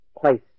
place